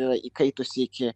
yra įkaitusi iki